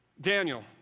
Daniel